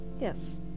Yes